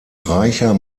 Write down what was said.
reicher